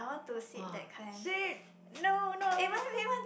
!wah! shit no no I want to go